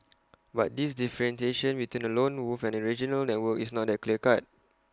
but this differentiation between A lone wolf and A regional network is not A clear cut